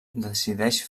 decideix